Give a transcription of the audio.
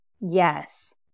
Yes